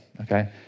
okay